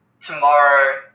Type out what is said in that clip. tomorrow